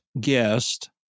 guest